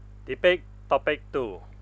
debate topic two